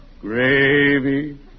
Gravy